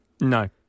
No